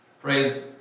Praise